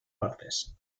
partes